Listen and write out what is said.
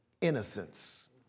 innocence